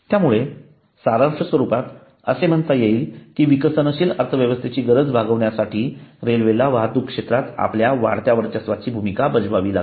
त्यामुळे सारांश स्वरूपात असे म्हणता येईल की विकसनशील अर्थव्यवस्थेची गरज भागवण्यासाठी रेल्वेला वाहतूक क्षेत्रात आपली वाढत्या वर्चस्वाची भूमिका बजावावी लागते